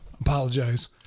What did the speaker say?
Apologize